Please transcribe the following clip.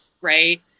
right